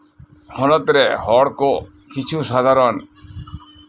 ᱦᱚᱲ ᱠᱚ ᱠᱤᱪᱷᱩ ᱥᱟᱫᱷᱟᱨᱚᱱ